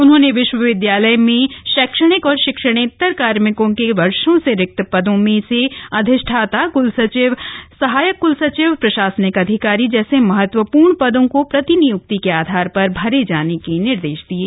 उन्होंने विश्वविदयालय में शैक्षणिक और शिक्षणेतर कार्मिकों के वर्षो से रिक्त पदों में से अधिष्ठाता क्लसचिव सहायक क्लसचिव प्रशासनिक अधिकारी जैसे महत्वपूर्ण पदों को प्रतिनियुक्ति के आधार पर भरे जाने के निर्देश दिये